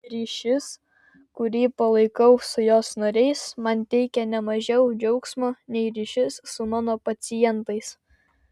ryšys kurį palaikau su jos nariais man teikia ne mažiau džiaugsmo nei ryšys su mano pacientais